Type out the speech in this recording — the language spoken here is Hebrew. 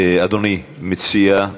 אדוני המציע,